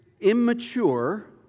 immature